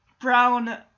brown